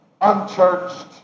unchurched